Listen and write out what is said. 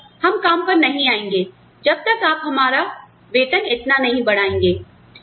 हम सब हम काम पर नहीं आएँगे जब तक आप हमारा वेतन इतना नहीं बढ़ाएंगे